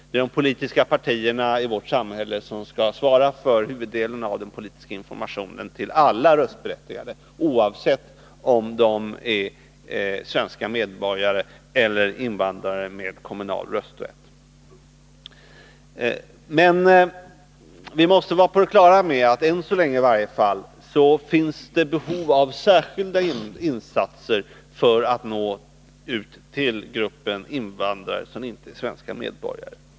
Det är de politiska partierna i vårt samhälle som skall svara för huvuddelen av den politiska informationen till alla röstberättigade, oavsett om de är svenska medborgare eller invandrare med kommunal rösträtt. Men vi måste vara på det klara med att än så länge i varje fall finns det behov av särskilda insatser för att nå ut till gruppen invandrare som inte är svenska medborgare.